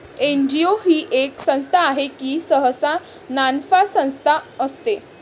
NGO ही एक संस्था आहे जी सहसा नानफा संस्था असते